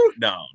No